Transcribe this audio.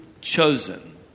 chosen